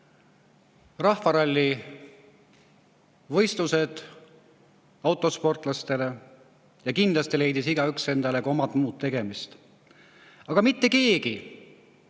rahvaralli võistlused autosportlastele ja kindlasti leidis igaüks endale ka muud tegemist. Aga mitte keegi,